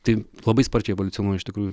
tai labai sparčiai evoliucionuoja iš tikrųjų